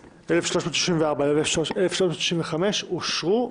מ/1364 ו-מ/1365, בכל הקריאות, אושרו.